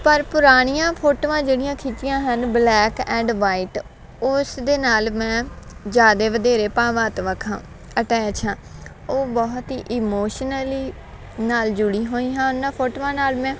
ਪਰ ਪੁਰਾਣੀਆਂ ਫੋਟੋਆਂ ਜਿਹੜੀਆਂ ਖਿੱਚੀਆਂ ਹਨ ਬਲੈਕ ਐਂਡ ਵਾਈਟ ਉਸ ਦੇ ਨਾਲ ਮੈਂ ਜ਼ਿਆਦਾ ਵਧੇਰੇ ਭਾਵਨਾਤਮਕ ਹਾਂ ਅਟੈਚ ਹਾਂ ਉਹ ਬਹੁਤ ਹੀ ਇਮੋਸ਼ਨਲੀ ਨਾਲ ਜੁੜੀ ਹੋਈ ਹਾਂ ਉਹਨਾਂ ਫੋਟੋਆਂ ਨਾਲ ਮੈਂ